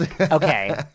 Okay